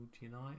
United